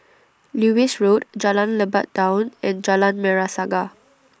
Lewis Road Jalan Lebat Daun and Jalan Merah Saga